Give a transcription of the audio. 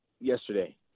yesterday